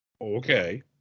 Okay